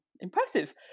impressive